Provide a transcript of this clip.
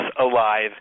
alive